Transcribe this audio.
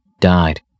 died